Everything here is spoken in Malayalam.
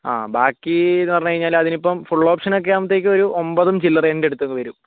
ആ ബാക്കി എന്ന് പറഞ്ഞു കഴിഞ്ഞാൽ അതിനിപ്പം ഫുൾ ഓപ്ഷന് ആകുമ്പോഴത്തേക്കും ഒരു ഒമ്പതും ചിലറേന്റെ അടുത്തൊക്കെ വരും